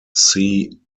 see